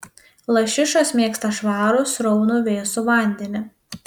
lašišos mėgsta švarų sraunų vėsų vandenį